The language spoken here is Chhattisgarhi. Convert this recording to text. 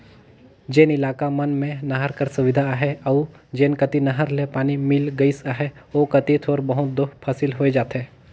जेन इलाका मन में नहर कर सुबिधा अहे अउ जेन कती नहर ले पानी मिल गइस अहे ओ कती थोर बहुत दो फसिल होए जाथे